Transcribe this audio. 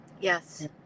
Yes